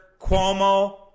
Cuomo